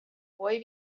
boy